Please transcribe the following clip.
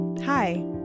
Hi